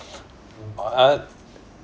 uh